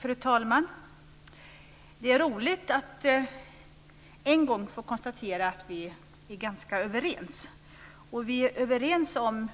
Fru talman! Det är roligt att en gång få konstatera att vi är ganska överens. Vi är överens om